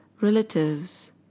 relatives